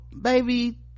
baby